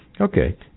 Okay